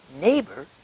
neighbor